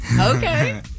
Okay